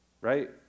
right